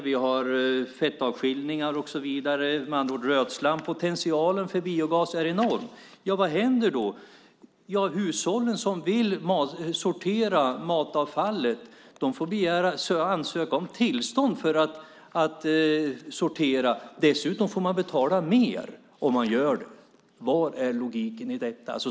Vi har fettavskiljare och så vidare - rötslam med andra ord. Potentialen för biogas är enorm. Men vad händer? Jo, de hushåll som vill sortera matavfallet får ansöka om tillstånd för att göra detta, och dessutom får de betala mer om de gör det. Var finns logiken i detta?